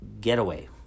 getaway